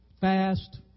fast